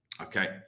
okay